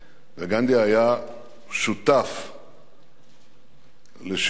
וגנדי היה שותף לשחרורה,